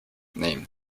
name